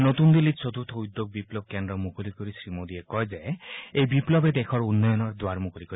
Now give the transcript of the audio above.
নতুন দিল্লীত চতুৰ্থ উদ্যোগ বিপ্লৱ কেন্দ্ৰ মুকলি কৰি শ্ৰী মোডীয়ে কয় যে এই বিপ্লৱে দেশৰ উন্নয়নৰ দ্বাৰ মুকলি কৰিব